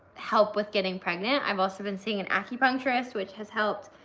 help with getting pregnant. i've also been seeing an acupuncturist, which has helped,